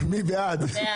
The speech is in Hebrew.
מי בעד?